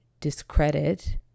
discredit